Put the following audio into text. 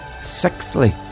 Sixthly